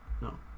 no